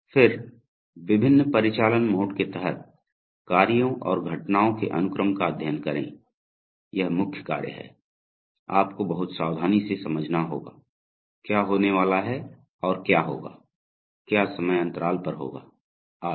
फिर विभिन्न परिचालन मोड के तहत कार्यों और घटनाओं के अनुक्रम का अध्ययन करें यह मुख्य कार्य है आपको बहुत सावधानी से समझना होगा क्या होने वाला है और क्या होगा क्या समय अंतराल पर होगा आदि